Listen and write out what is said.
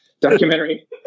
documentary